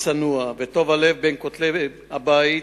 הצנוע וטוב-הלב, בין כותלי הבית,